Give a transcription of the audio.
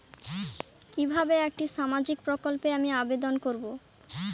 কিভাবে একটি সামাজিক প্রকল্পে আমি আবেদন করব?